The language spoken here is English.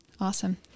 Awesome